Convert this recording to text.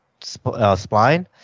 spline